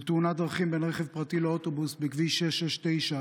בתאונת דרכים בין רכב פרטי לאוטובוס בכביש 669,